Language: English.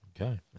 Okay